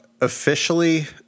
officially